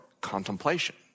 contemplation